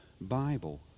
Bible